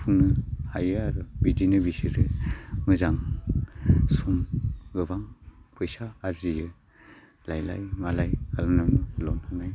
सुफुंनो हायो आरो बिदिनो बिसोरो मोजां सम गोबां फैसा आरजियो लायलाय मालाय खालामनानै ल'न होनाय